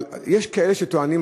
יש כאלה שטוענים,